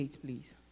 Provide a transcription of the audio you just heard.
please